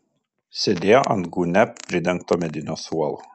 sėdėjo ant gūnia pridengto medinio suolo